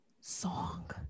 song